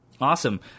Awesome